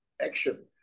Action